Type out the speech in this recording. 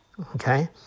okay